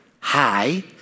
hi